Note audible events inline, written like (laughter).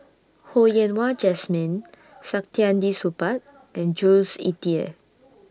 Ho Yen Wah Jesmine (noise) Saktiandi Supaat (noise) and Jules Itier